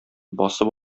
басып